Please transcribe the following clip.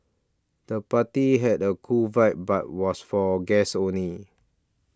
the party had a cool vibe but was for guests only